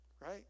right